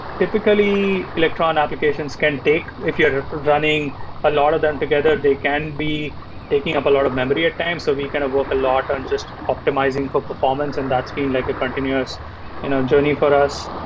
typically, electron applications can take. if you're running a lot of them together, they can be taking up a lot of memory at times. so we kind of worked a lot on just optimizing for performance, and that's been like a continuous and journey for us.